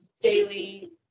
daily